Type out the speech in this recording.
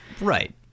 Right